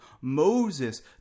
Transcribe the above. Moses